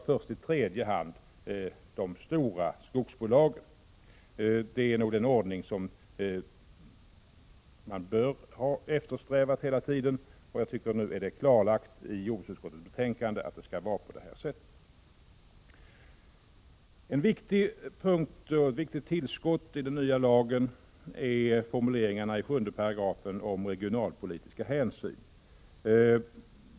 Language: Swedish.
Först i tredje hand kommer de stora skogsbolagen. Det är den ordning man bör ha eftersträvat hela tiden. Att det skall vara så är nu klarlagt i jordbruksutskottets betänkande. Ett viktigt tillskott i den nya lagen är formuleringen i 7 § om regionalpolitiska hänsyn.